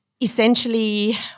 essentially